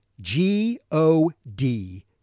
G-O-D